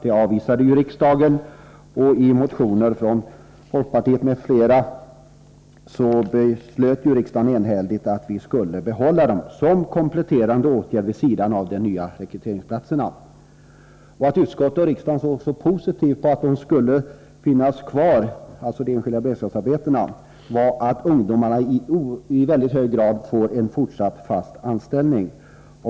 I enlighet med motioner från bl.a. folkpartiet beslöt ju riksdagen enhälligt att vi skulle behålla dem som en kompletterande åtgärd vid sidan av de nya rekryteringsplatserna. Orsaken till att utskottet och riksdagen såg så positivt på att de enskilda beredskapsarbetena skulle finnas kvar var att ungdomarna i mycket hög grad får en fortsatt fast anställning.